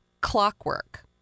clockwork